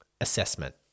assessment